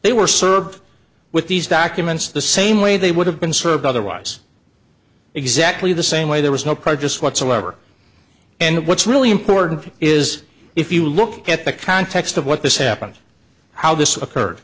they were served with these documents the same way they would have been served otherwise exactly the same way there was no prejudice whatsoever and what's really important is if you look at the context of what this happened how this occurred